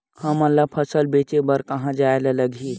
हमन ला फसल ला बेचे बर कहां जाये ला लगही?